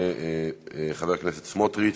יהיה חבר הכנסת סמוטריץ,